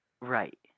Right